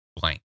blank